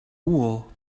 wool